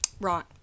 Right